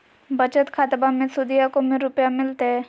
बचत खाताबा मे सुदीया को रूपया मिलते?